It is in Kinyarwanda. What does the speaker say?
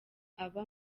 aba